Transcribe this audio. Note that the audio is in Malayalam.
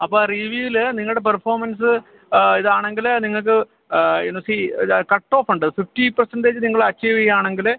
അപ്പോള് റിവ്യൂവില് നിങ്ങളുടെ പെർഫോമൻസ് ഇതാണെങ്കില് നിങ്ങള്ക്ക് പിന്നെ സീ കട്ട് ഓഫ് ഉണ്ട് ഫിഫ്റ്റി പെർസെൻ്റെജ് നിങ്ങള് അച്ചീവ് ചെയ്യുകയാണെങ്കില്